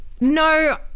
No